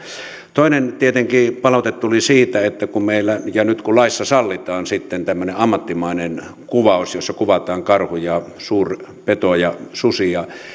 toinen palaute tuli tietenkin siitä että nyt kun laissa sallitaan sitten tämmöinen ammattimainen kuvaus jossa kuvataan karhuja suurpetoja susia